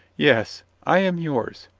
yes, i am yours,